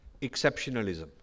exceptionalism